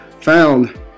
found